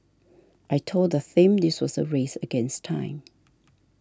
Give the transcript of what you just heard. I told the thing this was a race against time